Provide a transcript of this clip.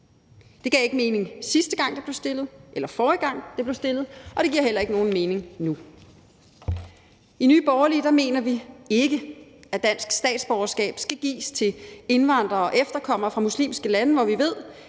Det gav ikke mening, sidste gang det blev fremsat, eller forrige gang det blev fremsat, og det giver heller ikke nogen mening nu. I Nye Borgerlige mener vi ikke, at dansk statsborgerskab skal gives til indvandrere og efterkommer fra muslimske lande, når vi ved,